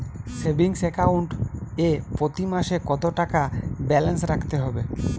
Savings account এ প্রতি মাসে কতো টাকা ব্যালান্স রাখতে হবে?